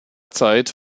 zeit